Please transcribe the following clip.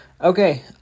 Okay